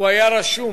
אפשר לדבר בשם